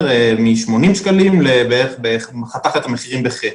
מ-80 שקלים חתך את המחירים בחצי.